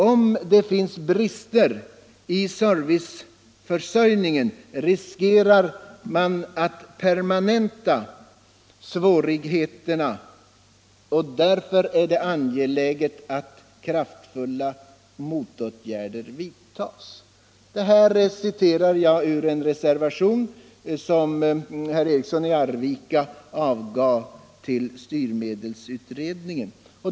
Om det finns brister i serviceförsörjningen riskerar man att permanenta svårigheterna. Därför är det angeläget att kraftfulla motåtgärder vidtas. Detta framhöll herr Eriksson i Arvika i en reservation till styrmedelsutredningen.